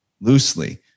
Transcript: loosely